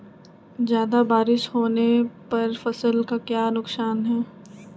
ज्यादा बारिस होने पर फसल का क्या नुकसान है?